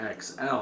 XL